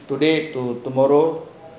today to tomorrow